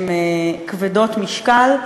הם כבדי משקל,